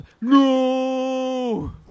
No